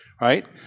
Right